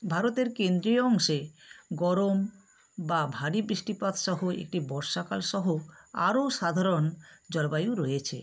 ভারতের কেন্দ্রীয় অংশে গরম বা ভারী বৃষ্টিপাত সহ একটি বর্ষাকাল সহ আরও সাধারণ জলবায়ু রয়েছে